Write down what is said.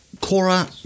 Cora